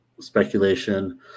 speculation